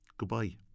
Goodbye